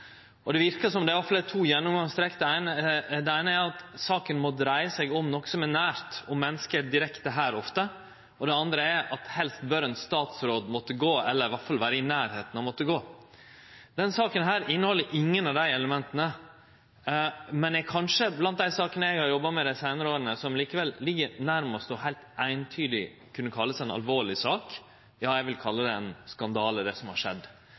og det verkar som om det iallfall er to gjennomgåande trekk. Det eine er at saka må dreie seg om noko som er nært, om menneske her, og det andre er at helst bør ein statsråd måtte gå, eller iallfall vere i nærleiken av å måtte gå. Denne saka inneheld ingen av desse elementa, men er likevel, kanskje blant dei sakene eg har jobba med dei seinare åra, som ligg nærmast heilt eintydig å kunne kallast ei alvorleg sak. Ja, eg vil kalle det ein skandale, det som har skjedd,